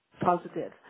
positive